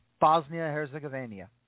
Bosnia-Herzegovina